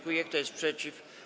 Kto jest przeciw?